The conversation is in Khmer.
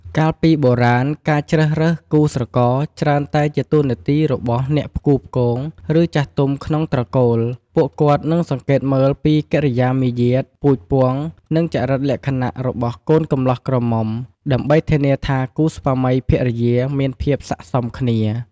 កាលពីបុរាណ ការជ្រើសរើសគូស្រករច្រើនតែជាតួនាទីរបស់ អ្នកផ្គូផ្គង ឬ ចាស់ទុំក្នុងត្រកូល ពួកគាត់នឹងសង្កេតមើលពី កិរិយាមារយាទ ពូជពង្ស និង ចរិតលក្ខណៈ របស់កូនកម្លោះក្រមុំ ដើម្បីធានាថាគូស្វាមីភរិយាមានភាពស័ក្តិសមគ្នា។